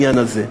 העניין הזה,